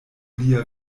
lia